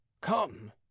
Come